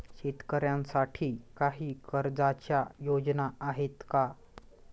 शेतकऱ्यांसाठी काही कर्जाच्या योजना आहेत का?